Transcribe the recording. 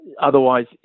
otherwise